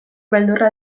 beldurra